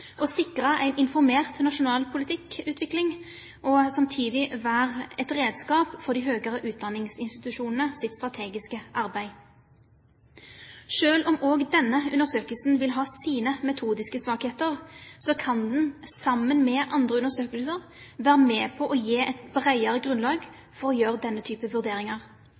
å sikre en informert nasjonal politikkutvikling samt å være et redskap for de høyere utdanningsinstitusjonenes strategiske arbeid. Selv om denne undersøkelsen også vil ha sine metodiske svakheter, kan den – sammen med andre undersøkelser – være med på å gi et bredere grunnlag for å gjøre denne typen vurderinger.